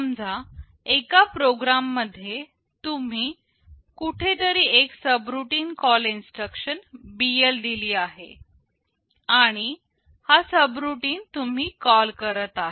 समजा एका प्रोग्राम मध्ये तुम्ही कुठेतरी एक सबरूटीन कॉल इन्स्ट्रक्शन BL दिली आहे आणि हा सबरूटीन तुम्ही कॉल करत आहे